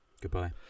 Goodbye